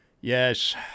Yes